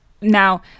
now